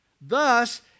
Thus